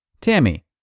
Tammy